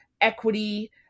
equity